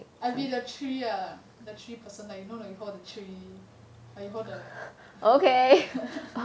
I be the tree ah the three person like you know like you hold the tree or you hold the